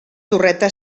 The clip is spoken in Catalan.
torreta